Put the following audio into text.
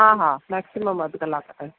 हा हा मैक्सिमम अध कलाक ताईं